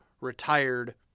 retired